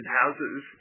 houses